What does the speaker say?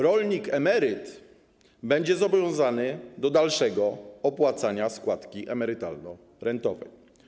Rolnik emeryt będzie zobowiązany do dalszego opłacania składki emerytalno-rentowej.